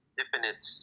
definite